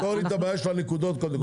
תפתור לי את הבעיה של הנקודות קודם כל.